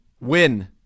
Win